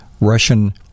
Russian